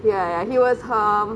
ya ya ya he was her